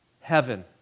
heaven